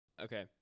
okay